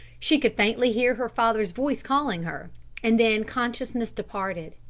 she could faintly hear her father's voice calling her and then consciousness departed.